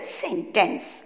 sentence